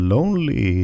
Lonely